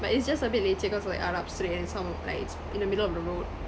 but it's just a bit leceh cause like arab street and some of like it's in the middle of the road